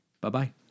bye-bye